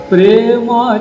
Prema